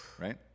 Right